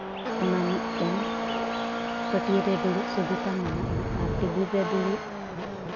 ᱚᱱᱟ ᱢᱤᱫᱴᱮᱱ ᱯᱟᱹᱴᱤᱭᱟᱹ ᱨᱮ ᱫᱩᱲᱩᱵ ᱥᱩᱵᱤᱫᱟ ᱢᱮᱱᱟᱜᱼᱟ ᱟᱨ ᱴᱮᱵᱤᱞ ᱨᱮ ᱫᱩᱲᱩᱵ